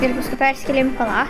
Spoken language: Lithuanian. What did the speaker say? ir paskui persikėlėm į pala